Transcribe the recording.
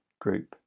group